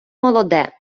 молоде